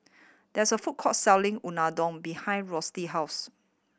there is a food court selling Unadon behind house